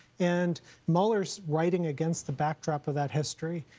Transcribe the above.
and mueller's writing against the backdrop of that history.